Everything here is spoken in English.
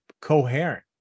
coherent